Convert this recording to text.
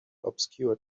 obscure